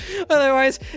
Otherwise